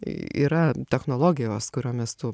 yra technologijos kuriomis tu